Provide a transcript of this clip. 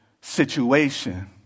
situation